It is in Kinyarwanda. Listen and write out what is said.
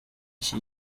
iki